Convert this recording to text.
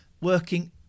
working